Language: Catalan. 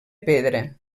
pedra